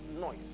noise